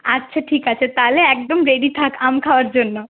আচ্ছা ঠিক আছে তাহলে একদম রেডি থাক আম খাওয়ার জন্য